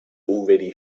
already